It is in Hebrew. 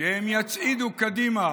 שהם יצעידו קדימה